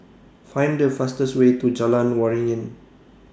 Find The fastest Way to Jalan Waringin